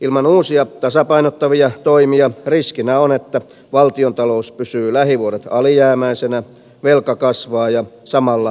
ilman uusia tasapainottavia toimia riskinä on että valtiontalous pysyy lähivuodet alijäämäisenä velka kasvaa ja samalla velanhoitokustannukset